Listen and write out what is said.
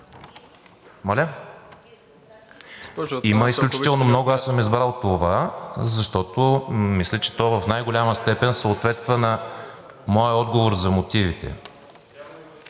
Има изключително много. Аз съм избрал това, защото мисля, че то в най-голяма степен съответства на моя отговор за мотивите.